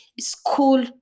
school